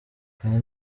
kandi